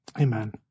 Amen